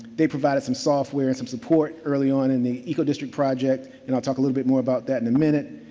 they provided some software and some support early on in the eco district project. and i'll talk a little bit more about that in a minute.